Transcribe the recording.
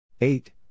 eight